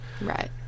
Right